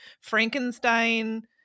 Frankenstein